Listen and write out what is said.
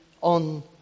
on